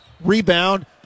Rebound